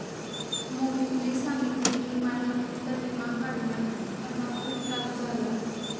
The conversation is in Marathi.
मोहितने सांगितले की मालमत्तेचा विमा काढण्यात त्यांना खूप त्रास झाला